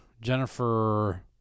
Jennifer